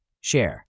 Share